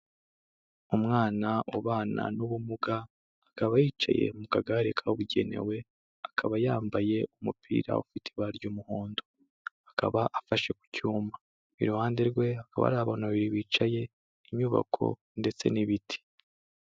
Umwana ubana n'ubumuga, akaba yicaye mu kagare kabugenewe, akaba yambaye umupira ufite ibara ry'umuhondo. Akaba afashe ku cyuma iruhande rwe hakaba hari abantu babiri bicaye, inyubako ndetse n'ibiti.